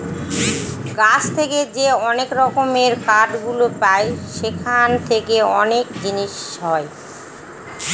গাছ থেকে যে অনেক রকমের কাঠ গুলো পায় সেখান থেকে অনেক জিনিস হয়